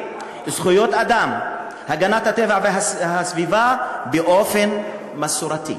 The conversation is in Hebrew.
זכויות אדם והגנת הטבע והסביבה באופן מסורתי.